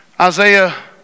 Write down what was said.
Isaiah